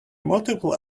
multiple